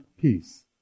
peace